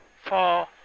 four